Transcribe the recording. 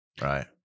Right